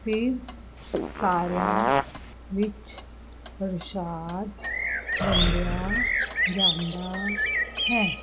ਫਿਰ ਸਾਰਿਆਂ ਵਿੱਚ ਪ੍ਰਸ਼ਾਦ ਵੰਡਿਆ ਜਾਂਦਾ ਹੈ